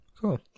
Cool